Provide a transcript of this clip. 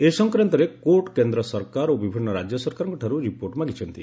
ଏ ସଂକ୍ରାନ୍ତରେ କୋର୍ଟ୍ କେନ୍ଦ୍ର ସରକାର ଓ ବିଭିନ୍ନ ରାଜ୍ୟ ସରକାରଙ୍କଠାରୁ ରିପୋର୍ଟ୍ ମାଗିଛନ୍ତି